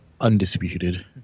undisputed